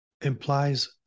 implies